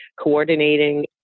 coordinating